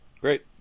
great